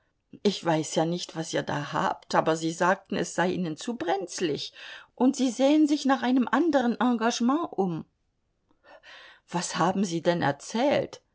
ich weiß ja nicht was ihr da habt aber sie sagten es sei ihnen zu brenzlich und sie sähen sich nach einem anderen engagement um was haben sie erzählt